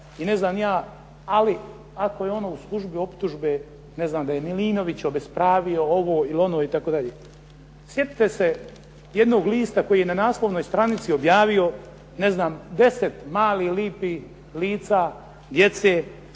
djeteta, ali ako je ono u službi optužbe da je Milinović obespravio ovo ili ono. Sjetite se jednog lista koji je na naslovnoj stranici objavio 10 malih lijepih lica djece,